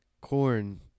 Corn